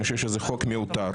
אני חושב שזה חוק מיותר,